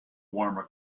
warmer